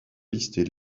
listées